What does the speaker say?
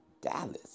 Dallas